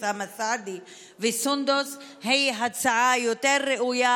אוסאמה סעדי וסונדוס היא הצעה יותר ראויה